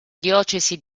diocesi